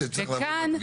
זה צריך ל --- פניה?